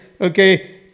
okay